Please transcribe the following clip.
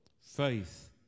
faith